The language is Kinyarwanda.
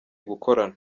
gukorana